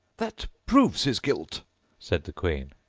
that proves his guilt said the queen.